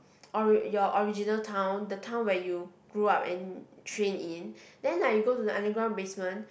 ori~ your original town the town where you grew up and train in then like you go to the underground basement